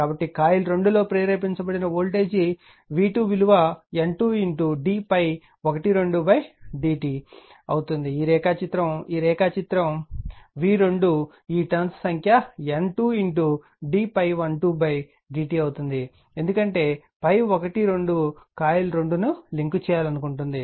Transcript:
కాబట్టి కాయిల్ 2 లో ప్రేరేపించబడిన వోల్టేజ్ v2 విలువ N2 d ∅12 dt అవుతుంది ఈ రేఖాచిత్రం ఈ రేఖాచిత్రం v2 ఈ టర్న్స్ సంఖ్య N2 d ∅12 dt అవుతుంది ఎందుకంటే ∅12 కాయిల్ 2 ను లింక్ చేయాలనుకుంటుంది